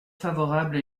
favorable